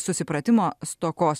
susipratimo stokos